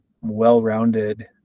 well-rounded